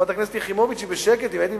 חברת הכנסת יחימוביץ, היא בשקט.